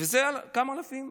וזה על כמה אלפים,